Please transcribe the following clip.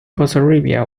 bessarabia